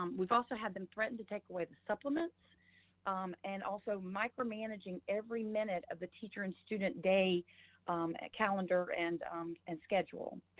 um we've also had them threaten to take away the supplements and also micromanaging every minute of the teacher and student day ah calendar and and schedule,